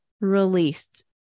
released